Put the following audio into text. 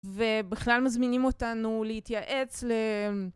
ובכלל מזמינים אותנו להתייעץ ל...